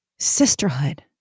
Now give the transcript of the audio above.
Sisterhood